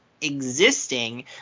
existing